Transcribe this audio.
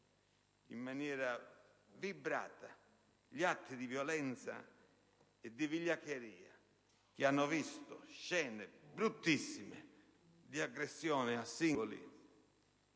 in maniera vibrata gli atti di violenza e di vigliaccheria che hanno dato luogo a scene bruttissime di aggressione a singoli